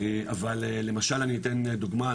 אבל למשל אני אתן דוגמא,